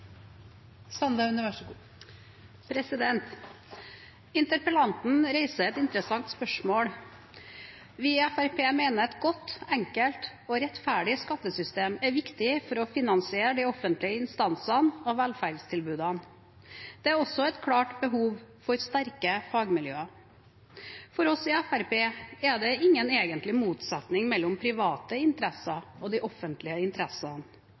Handelshøyskolen BI. Så hvis man skal supplere bildet av hvordan det står til med fagmiljøene, må selvfølgelig også disse miljøene være med. Interpellanten reiser et interessant spørsmål. Vi i Fremskrittspartiet mener et godt, enkelt og rettferdig skattesystem er viktig for å finansiere de offentlige instansene og velferdstilbudene. Det er også et klart behov for sterke fagmiljøer. For oss i Fremskrittspartiet er det egentlig ingen